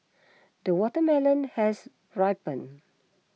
the watermelon has ripened